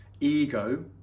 ego